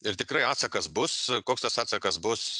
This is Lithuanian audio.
ir tikrai atsakas bus koks tas atsakas bus